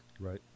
Right